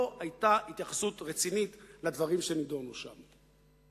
לא היתה התייחסות רצינית לדברים שנדונו שם.